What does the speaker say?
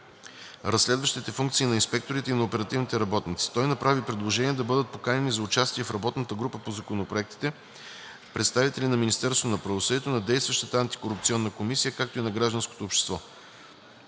разследващите функции на инспекторите и на оперативните работници. Той направи предложение да бъдат поканени за участие в работната група по законопроектите представители на Министерството на правосъдието, на действащата антикорупционна комисия, както и на гражданското общество.